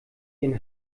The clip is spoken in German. den